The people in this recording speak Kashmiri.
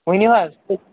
ؤنِو حظ